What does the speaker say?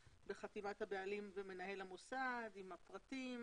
בחתימת הבעלים ומנהל המוסד עם הפרטים